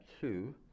two